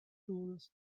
tools